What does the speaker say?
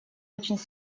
очень